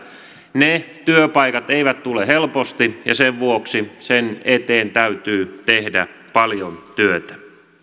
ne työpaikat eivät tule helposti ja sen vuoksi niiden eteen täytyy tehdä paljon työtä